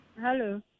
hello